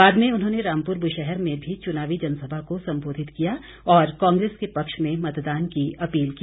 बाद में उन्होंने रामपुर बुशैहर में भी चुनावी जनसभा को संबोधित किया और कांग्रेस के पक्ष में मतदान की अपील की